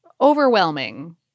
overwhelming